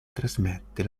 trasmette